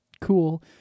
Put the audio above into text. cool